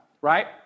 right